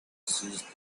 seized